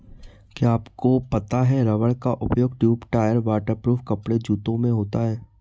क्या आपको पता है रबर का उपयोग ट्यूब, टायर, वाटर प्रूफ कपड़े, जूते में होता है?